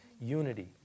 Unity